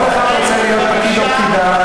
כל אחד רוצה להיות פקיד או פקידה,